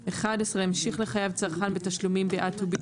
11.המשיך לחייב צרכן בתשלומים בעד טובין